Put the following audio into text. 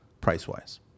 price-wise